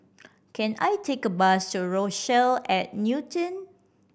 can I take a bus to Rochelle at Newton